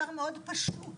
גם משרד המשפטים,